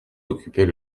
occupait